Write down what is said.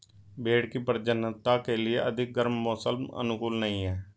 भेंड़ की प्रजननता के लिए अधिक गर्म मौसम अनुकूल नहीं है